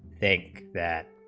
think that